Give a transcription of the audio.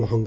ମହଙ୍ଗ